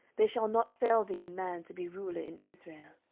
there shall not fail thee a man to be ruler in israel.